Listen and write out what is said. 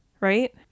Right